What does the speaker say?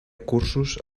cursos